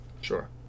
Sure